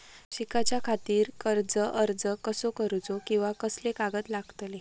शिकाच्याखाती कर्ज अर्ज कसो करुचो कीवा कसले कागद लागतले?